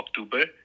October